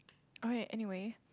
alright anyway